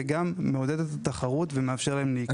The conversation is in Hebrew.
וגם מעודד את התחרות ומאפשר לחברות להיכנס.